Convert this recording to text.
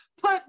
put